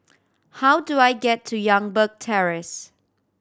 how do I get to Youngberg Terrace